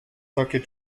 takie